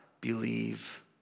believe